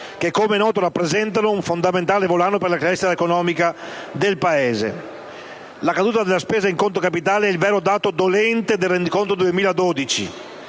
che come è noto rappresentano un fondamentale volano per la crescita economica del Paese. La caduta della spesa in conto capitale è il vero dato dolente del rendiconto 2012